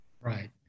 Right